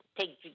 take